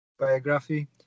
Biography